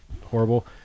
horrible